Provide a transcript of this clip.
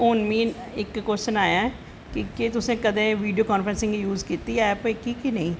हून मीं इक कव्शन आया ऐ कि कदैं तुसैं वीडियो कांफ्रैंस ऐप यूज़ कीती ऐ कि नेंई